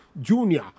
Junior